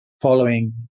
following